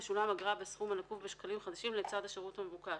תשולם אגרה בסכום הנקוב בשקלים חדשים לצד השירות המבוקש.